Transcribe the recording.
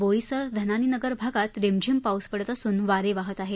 बोईसर धनानी नगर भागात रिमझिम पाऊस पडत असून वारे वाहत आहेत